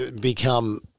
become